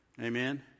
Amen